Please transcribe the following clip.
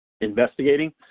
investigating